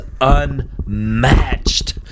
unmatched